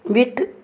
விட்டு